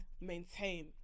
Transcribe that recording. maintain